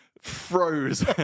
froze